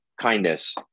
kindness